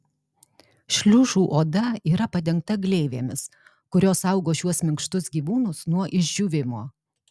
šliužų oda yra padengta gleivėmis kurios saugo šiuos minkštus gyvūnus nuo išdžiūvimo